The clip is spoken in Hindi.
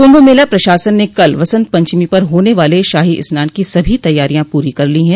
कुंभ मेला प्रशासन ने कल वसंत पंचमी पर होने वाले शाही स्नान की सभी तैयारियां पूरी कर ली हैं